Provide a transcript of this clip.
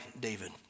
David